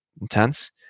intense